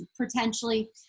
potentially